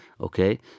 Okay